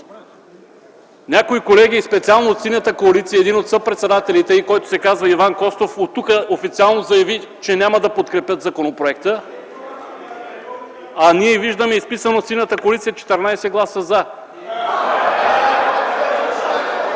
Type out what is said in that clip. някои колеги специално от Синята коалиция. Един от съпредседателите й, който се казва Иван Костов, оттук официално заяви, че няма да подкрепят законопроекта, а ние виждаме изписано: от Синята коалиция 14 гласа „за”.